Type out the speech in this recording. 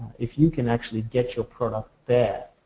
if you can actually get your product there,